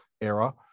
era